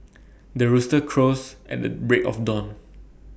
the rooster crows at the break of dawn